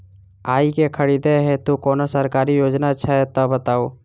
आइ केँ खरीदै हेतु कोनो सरकारी योजना छै तऽ बताउ?